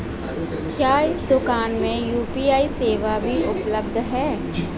क्या इस दूकान में यू.पी.आई सेवा भी उपलब्ध है?